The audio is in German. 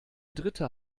dritte